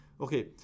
Okay